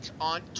on